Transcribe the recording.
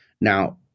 Now